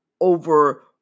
over